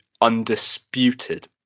Undisputed